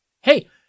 Hey